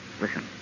Listen